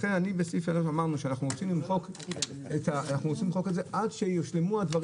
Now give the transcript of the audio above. לכן בסעיף 3 אמרנו שאנחנו רוצים למחוק את זה עד שיושלמו הדברים.